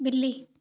बिल्ली